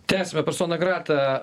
tęsiame persona grata